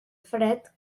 fred